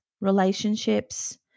relationships